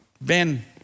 Ben